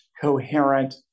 coherent